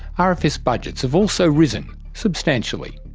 ah rfs budgets have also risen substantially.